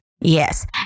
Yes